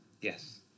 Yes